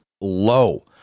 low